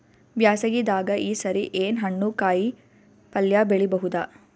ಬ್ಯಾಸಗಿ ದಾಗ ಈ ಸರಿ ಏನ್ ಹಣ್ಣು, ಕಾಯಿ ಪಲ್ಯ ಬೆಳಿ ಬಹುದ?